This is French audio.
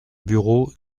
bureau